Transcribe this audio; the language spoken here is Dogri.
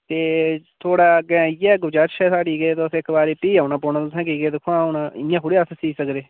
ते थुआढ़े अग्गें इ'यै गुजारिश ऐ साढ़ी के तुस इक्क बारी फ्ही औने पौना की जे दिक्खो हां हून इ'यां थोह्ड़ी अस सीह् सकदे